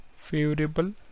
Favorable